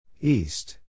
East